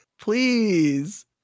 Please